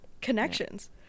Connections